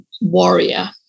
warrior